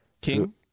King